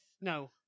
No